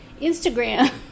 Instagram